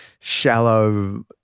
shallow